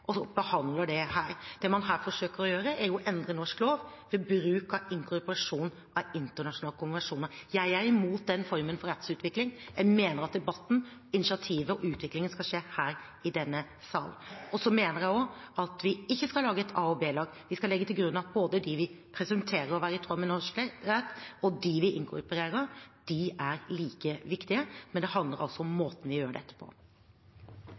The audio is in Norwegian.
behandler det her. Det man her forsøker å gjøre, er å endre norsk lov ved bruk av inkorporasjon av internasjonale konvensjoner. Jeg er imot den formen for rettsutvikling. Jeg mener debatten, initiativet og utviklingen skal skje her i denne salen. Så mener jeg også at vi ikke skal lage et a- og b-lag. Vi skal legge til grunn at både de vi presumerer å være i tråd med norsk rett, og de vi inkorporer, er like viktige. Men det handler altså om måten vi gjør dette på. Replikkordskiftet er omme. De talerne som heretter får ordet, har en taletid på